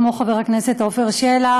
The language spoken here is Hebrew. כמו חבר הכנסת עפר שלח.